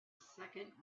second